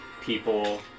people